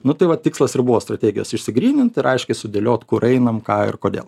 nu tai va tikslas ir buvo strategijos išsigrynint ir aiškiai sudėliot kur einam ką ir kodėl